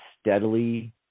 steadily